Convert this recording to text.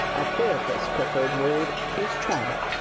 a therapist preferred word is trauma.